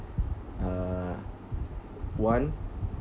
uh one